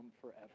forever